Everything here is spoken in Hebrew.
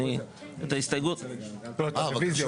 את ההסתייגות --- לא, את הרביזיה.